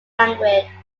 language